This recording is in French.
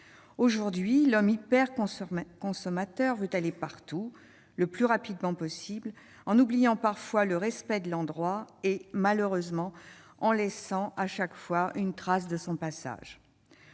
Aujourd'hui, l'homme hyper-consommateur veut aller partout, le plus rapidement possible, en oubliant parfois le respect de l'endroit et, malheureusement, en laissant chaque fois une trace de son passage.